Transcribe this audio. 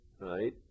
right